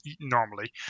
normally